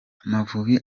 amavubi